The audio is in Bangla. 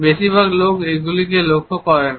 বেশিরভাগ লোক এগুলিকে লক্ষ্য করে না